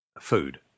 food